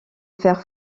faire